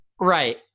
Right